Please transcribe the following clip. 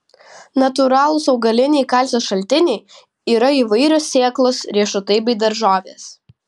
natūralūs augaliniai kalcio šaltiniai yra įvairios sėklos riešutai bei daržovės